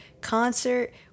concert